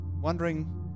wondering